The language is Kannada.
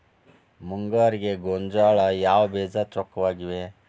ಮುಂಗಾರಿಗೆ ಗೋಂಜಾಳ ಯಾವ ಬೇಜ ಚೊಕ್ಕವಾಗಿವೆ?